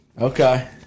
Okay